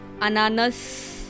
Ananas